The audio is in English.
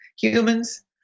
humans